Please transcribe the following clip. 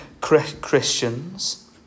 Christians